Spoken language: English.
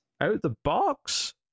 Out-the-box